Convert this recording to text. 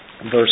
Verse